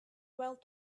twelve